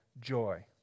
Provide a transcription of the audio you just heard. joy